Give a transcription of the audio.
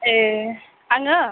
ए आङो